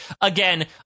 again